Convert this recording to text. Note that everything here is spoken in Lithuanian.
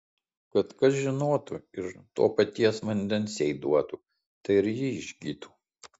kad kas žinotų ir to paties vandens jai duotų tai ir ji išgytų